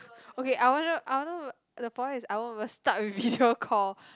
okay I wonder I wonder the point is I won't even start with video call